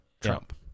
Trump